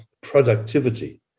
productivity